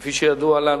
כפי שידוע לנו.